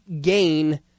gain